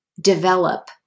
develop